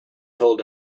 told